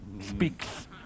speaks